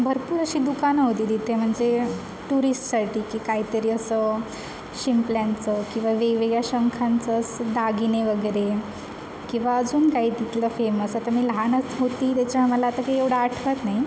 भरपूर अशी दुकानं होती तिथे म्हणजे टुरिससाठी की काहीतरी असं शिंपल्यांचं किंवा वेगवेगळ्या शंखांचं असं दागिने म्हणजे किंवा अजून काही तिथलं फेमस आता मी लहानच होते त्याच्या मला आता काही एवढं आठवत नाही